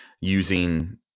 using